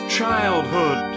childhood